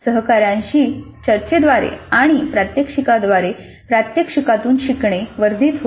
सहकार्यांशी चर्चेद्वारे आणि प्रात्यक्षिकेद्वारे प्रात्यक्षिकातून शिकणे वर्धित होते